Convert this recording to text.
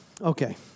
Okay